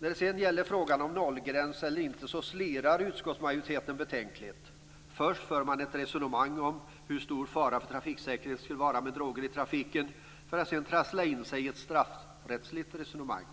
I fråga om nollgräns eller inte slirar utskottsmajoriteten betänkligt. Först för man ett resonemang om hur stor fara för trafiksäkerheten det skulle vara med droger i trafiken, för att sedan trassla in i sig i ett straffrättsligt resonemang.